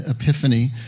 Epiphany